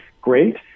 great